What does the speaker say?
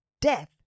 death